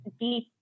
deep